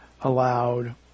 allowed